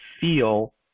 feel